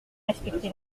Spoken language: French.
respecté